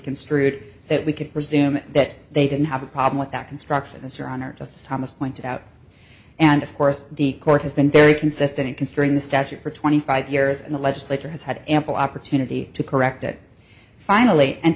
construed that we could presume that they couldn't have a problem with that instruction as your honor just thomas pointed out and of course the court has been very consistent considering the statute for twenty five years and the legislature has had ample opportunity to correct it finally and